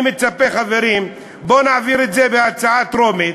אני מצפה: בואו נעביר את זה כהצעה טרומית,